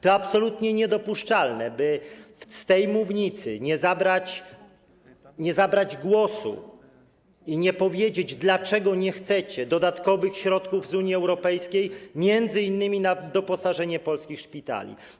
To absolutnie niedopuszczalne, by z tej mównicy nie zabrać głosu i nie powiedzieć, dlaczego nie chcecie dodatkowych środków z Unii Europejskiej m.in. na doposażenie polskich szpitali.